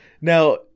Now –